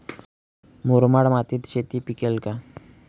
मुरमाड मातीत शेती पिकेल का?